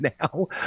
now